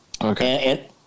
Okay